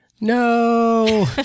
No